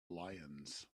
lions